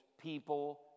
people